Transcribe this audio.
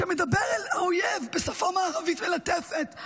שמדבר אל האויב בשפה מערבית מלטפת,